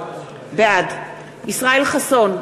בעד ישראל חסון,